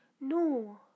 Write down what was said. no